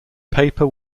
paper